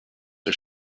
are